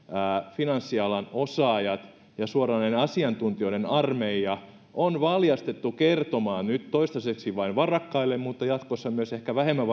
finanssialan osaajat ja suoranainen asiantuntijoiden armeija on valjastettu kertomaan nyt toistaiseksi vain varakkaille mutta jatkossa ehkä myös vähemmän